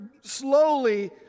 slowly